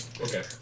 Okay